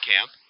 camp